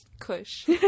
kush